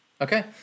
Okay